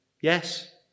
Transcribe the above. yes